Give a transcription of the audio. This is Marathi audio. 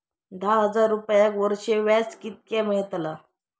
दहा हजार रुपयांक वर्षाक व्याज कितक्या मेलताला?